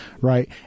right